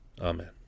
Amen